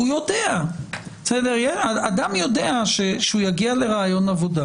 הוא יודע, אדם יודע שהוא יגיע לריאיון עבודה